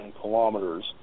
kilometers